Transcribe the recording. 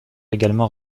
également